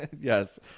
Yes